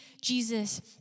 Jesus